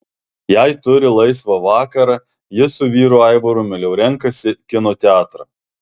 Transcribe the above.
jei turi laisvą vakarą ji su vyru aivaru mieliau renkasi kino teatrą